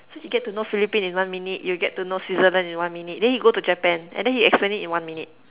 so you get to know Philippines in one minute you'll get to know Switzerland in one minute then he go to Japan and then he explains it in one minute